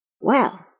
Well